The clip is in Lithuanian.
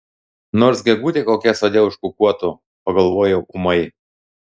nors gegutė kokia sode užkukuotų pagalvojau ūmai